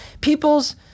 people's –